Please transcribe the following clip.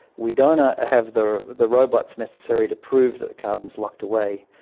we don't ah have the the robots necessary to prove that the carbon is locked away,